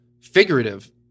figurative